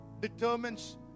Determines